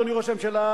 אדוני ראש הממשלה,